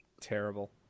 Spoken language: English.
Terrible